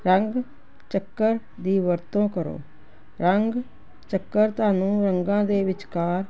ਰੰਗ ਚੱਕਰ ਦੀ ਵਰਤੋਂ ਕਰੋ ਰੰਗ ਚੱਕਰ ਤੁਹਾਨੂੰ ਰੰਗਾਂ ਦੇ ਵਿਚਕਾਰ